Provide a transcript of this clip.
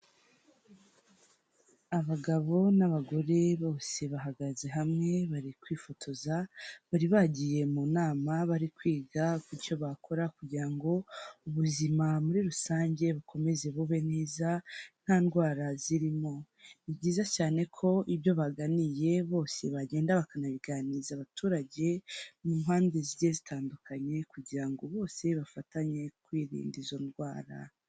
Abagabo n'abagore, bose bahagaze hamwe bari kwifotoza. Bari bagiye mu nama bari kwiga ku cyo bakora kugira ngo ubuzima muri rusange bukomeze bube neza, nta ndwara zirimo. Ni byiza cyane ko ibyo baganiriye bose ko bagenda bakabiganiriza abaturage mu mpande zigiye zitandukanye, kugira ngo bose bafatanye kwirinda izo ndwara.